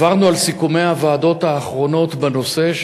עברנו על סיכומי הוועדות האחרונות בנושא,